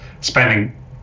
spending